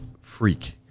Freak